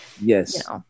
yes